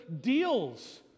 deals